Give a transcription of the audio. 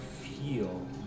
feel